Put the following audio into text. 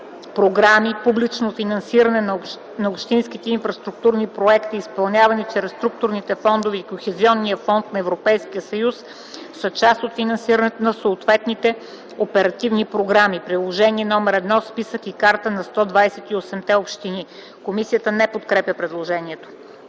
програми публично финансиране на общинските инфраструктурни проекти, изпълнявани чрез структурните фондове и Кохезионния фонд на Европейския съюз, са част от финансирането на съответните оперативни програми. (Приложение № 1 – Списък и карта на 128-те общини.)” Комисията не подкрепя предложението.